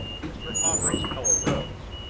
mr. hawbury's color rose.